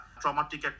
traumatic